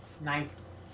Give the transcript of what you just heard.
nice